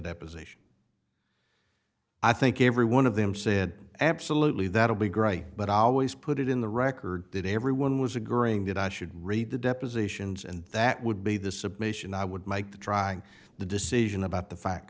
deposition i think every one of them said absolutely that would be great but i always put it in the record that everyone was agreeing that i should read the depositions and that would be the submission i would like to try the decision about the fact